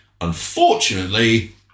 Unfortunately